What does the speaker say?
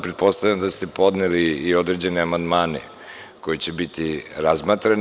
Pretpostavljam da ste podneli i određene amandmane koji će biti razmatrani.